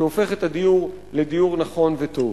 שהופך את הדיור לדיור נכון וטוב.